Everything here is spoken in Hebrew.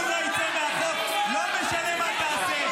אונר"א תצא מהחוק, לא משנה מה תעשה.